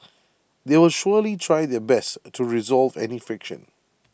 they will surely try their best to resolve any friction